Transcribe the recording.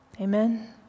Amen